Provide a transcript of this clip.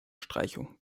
streichung